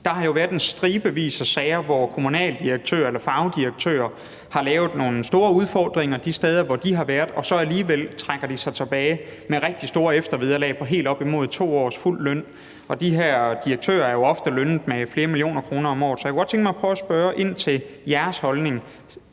Der har jo været stribevis af sager, hvor kommunaldirektører eller fagdirektører har lavet nogle store udfordringer de steder, hvor de har været, og så trækker de sig alligevel tilbage med rigtig store eftervederlag på helt op imod 2 års fuld løn. Og de her direktører er ofte lønnet med flere millioner kroner om året. Så jeg kunne godt tænke mig at prøve at spørge ind til jeres holdning: